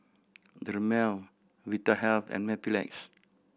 Dermale Vitahealth and Mepilex